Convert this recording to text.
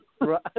Right